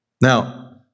Now